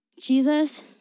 Jesus